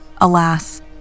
Alas